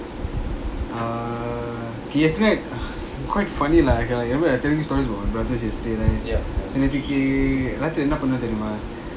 uh just like quite funny lah I tell you remember I tell you stories about my brother yesterday right என்னபண்ணேன்தெரியுமா:enna pannen theriuma